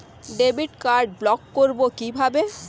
Debit card block করব কিভাবে?